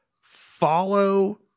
follow